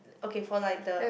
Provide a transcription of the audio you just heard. okay for like the